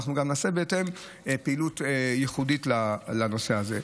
ואנחנו גם נעשה בהתאם פעילות ייחודית לנושא הזה.